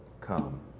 come